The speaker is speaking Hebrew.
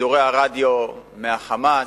שידורי הרדיו של ה"חמאס",